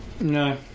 No